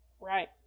Right